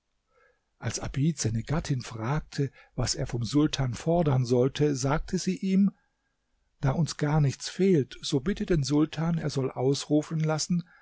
als abid seine gattin fragte was er vom sultan fordern sollte sagte sie ihm da uns gar nichts fehlt so bitte den sultan er soll ausrufen lassen